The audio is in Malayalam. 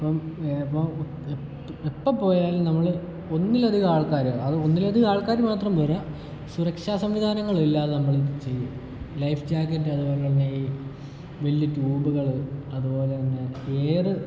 അപ്പം എപ്പോൾ പോയാലും നമ്മൾ ഒന്നിലധികം ആൾക്കാർ അത് ഒന്നിലധികം ആൾക്കാർ മാത്രം പോര സുരക്ഷാ സംവിധാനങ്ങളില്ലാതെ നമ്മൾ ലൈഫ് ജാക്കറ്റ് അതുപോലെ തന്നെ ഈ വലിയ ട്യൂബുകള് അതുപോലെ തന്നെ എയറ്